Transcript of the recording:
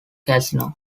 casino